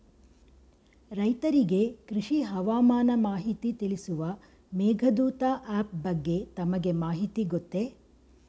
ರೈತರಿಗೆ ಕೃಷಿ ಹವಾಮಾನ ಮಾಹಿತಿ ತಿಳಿಸುವ ಮೇಘದೂತ ಆಪ್ ಬಗ್ಗೆ ತಮಗೆ ಮಾಹಿತಿ ಗೊತ್ತೇ?